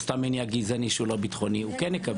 סתם מניע גזעני שהוא לא ביטחוני כן יקבל.